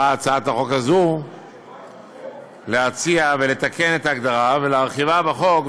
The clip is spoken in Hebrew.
באה הצעת החוק הזו להציע ולתקן את ההגדרה ולהרחיבה בחוק,